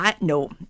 No